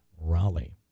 Raleigh